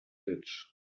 ditch